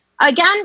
again